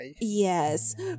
Yes